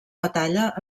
batalla